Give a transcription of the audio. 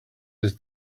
its